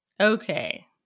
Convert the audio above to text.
okay